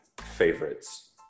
favorites